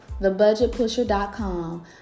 thebudgetpusher.com